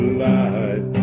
light